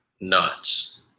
nuts